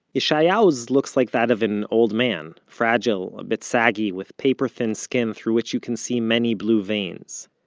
yeshayahu's looks like that of an old man fragile, a bit saggy, with paper-thin skin through which you can see many blue veins.